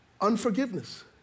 unforgiveness